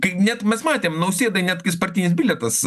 tai net mes matėm nausėdai netgi spartinis bilietas